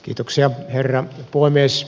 kiitoksia herra puhemies